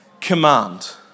command